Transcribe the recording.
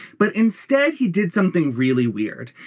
but instead he did something really weird.